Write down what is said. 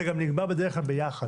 זה גם נגבה בדרך כלל ביחד,